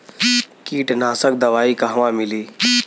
कीटनाशक दवाई कहवा मिली?